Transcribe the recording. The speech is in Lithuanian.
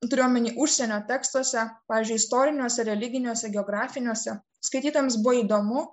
turiu omeny užsienio tekstuose pavyzdžiui istoriniuose religiniuose geografiniuose skaitytojams buvo įdomu